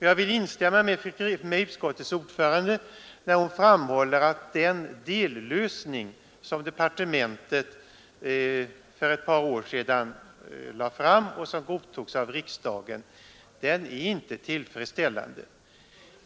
Jag instämmer med utskottets ordförande fru Kristensson när hon framhåller, att den dellösning som departementet för ett par år sedan lade fram och som godtogs av riksdagen inte är tillfredsställande.